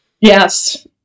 yes